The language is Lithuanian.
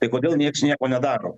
tai kodėl nieks nieko nedaro